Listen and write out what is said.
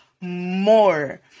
more